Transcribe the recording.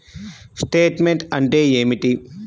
Statement అంటే ఏమిటి?